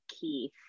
Keith